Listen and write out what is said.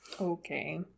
Okay